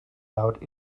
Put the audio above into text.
out